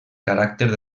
caràcters